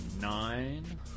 nine